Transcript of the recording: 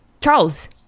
Charles